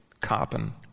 carbon